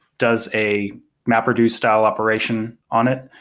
does a mapreduce style operation on it,